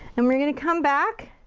and we're gonna come back.